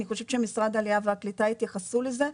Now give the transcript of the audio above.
אני חושבת שמשרד העלייה והקליטה יתייחסו לזה,